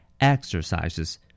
exercises